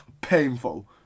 painful